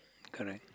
correct